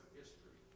history